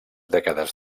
dècades